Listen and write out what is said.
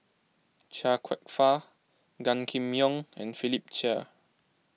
Chia Kwek Fah Gan Kim Yong and Philip Chia